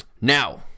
Now